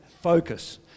focus